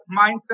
mindset